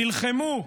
נלחמו,